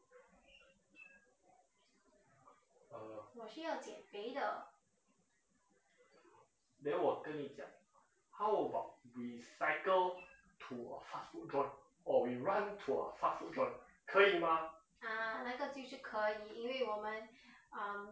uh then 我跟你讲 how about we cycle to a fast food joint or we run to a fast food joint 可以吗